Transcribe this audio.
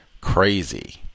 crazy